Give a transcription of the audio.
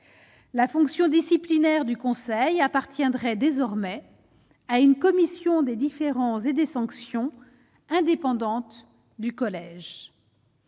la fonction disciplinaire du Conseil appartiendrait désormais à une commission des différences et des sanctions indépendante du collège,